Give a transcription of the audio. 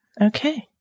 Okay